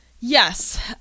Yes